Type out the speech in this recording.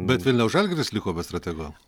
bet vilniaus žalgiris liko be stratego